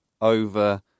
over